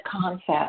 concept